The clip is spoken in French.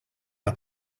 n’a